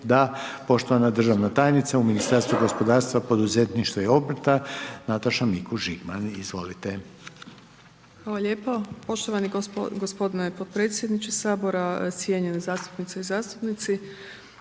Da. Poštovana državna tajnica u Ministarstvu gospodarstva, poduzetništva i obrta, Nataša Mikuš Žigman. Izvolite. **Mikuš Žigman, Nataša** Hvala lijepo. Poštovani gospodine podpredsjedniče Sabora, cijenjene zastupnice i zastupnici.